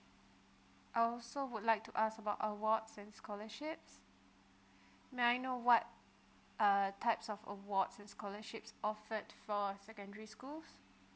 I also would like to ask about awards and scholarships may I know what uh types of awards and scholarships offered for secondary school